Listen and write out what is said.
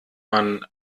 man